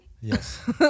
Yes